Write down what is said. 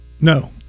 No